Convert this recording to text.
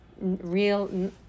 real